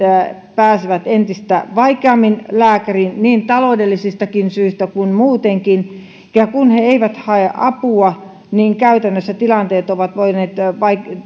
pääsevät entistä vaikeammin lääkäriin niin taloudellisista syistä kuin muutenkin ja kun he eivät hae apua niin käytännössä tilanteet ovat voineet